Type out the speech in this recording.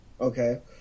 okay